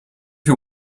you